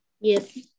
Yes